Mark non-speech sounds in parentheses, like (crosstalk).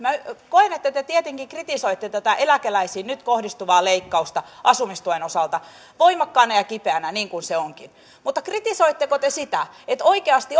koen että te tietenkin kritisoitte tätä eläkeläisiin nyt kohdistuvaa leikkausta asumistuen osalta voimakkaaksi ja kipeäksi niin kuin se onkin kritisoitteko te sitä että oikeasti (unintelligible)